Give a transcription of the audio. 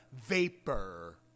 vapor